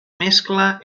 mescla